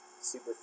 super